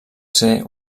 ser